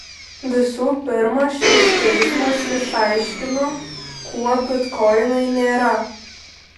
visų pirma šis teismas išaiškino kuo bitkoinai nėra